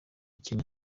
kenya